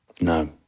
No